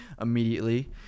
immediately